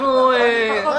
כבר